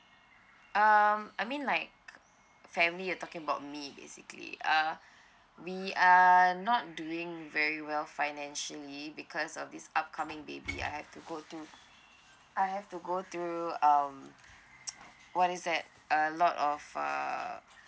um I mean like family you talking about me basically uh we are not doing very well financially because of this upcoming baby I have to go to I have to go through um what is that a lot of uh